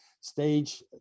stage